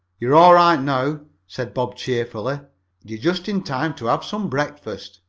you're all right now, said bob cheerfully. you're just in time to have some breakfast.